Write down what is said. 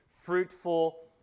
fruitful